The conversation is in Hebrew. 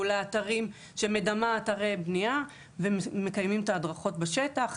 לאתרים שמדמה אתרי בניה ומקיימים את ההדרכות בשטח.